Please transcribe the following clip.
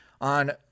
On